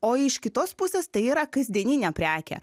o iš kitos pusės tai yra kasdieninė prekė